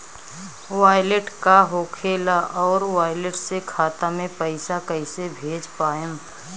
Wallet का होखेला और वैलेट से खाता मे पईसा कइसे भेज पाएम?